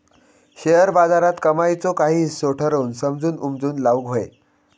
share बाजारात कमाईचो काही हिस्सो ठरवून समजून उमजून लाऊक व्हये